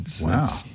wow